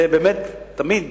זה באמת תמיד